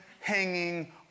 hanging